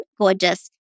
gorgeous